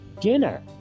dinner